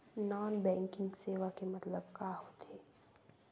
Non banking सेवा के मतलब का होथे?